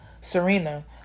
Serena